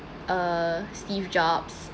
uh steve jobs